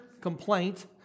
complaint